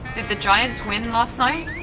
and the giants win last night?